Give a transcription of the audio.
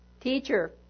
teacher